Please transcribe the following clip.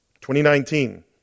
2019